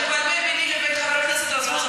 אתה מבלבל ביני לבין חבר הכנסת רזבוזוב,